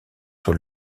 sur